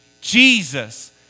Jesus